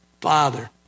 Father